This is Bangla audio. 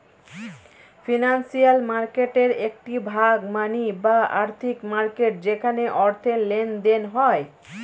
ফিনান্সিয়াল মার্কেটের একটি ভাগ মানি বা আর্থিক মার্কেট যেখানে অর্থের লেনদেন হয়